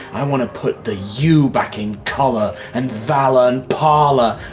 i want to put the u back in color, and valor, and parlor.